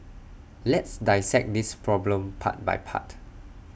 let's dissect this problem part by part